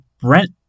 Brent